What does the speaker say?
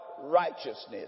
righteousness